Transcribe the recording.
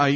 આઈ